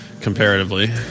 comparatively